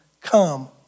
come